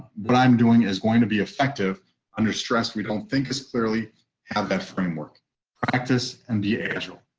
what i'm doing is going to be effective under stress. we don't think is fairly have that framework practice and the agile.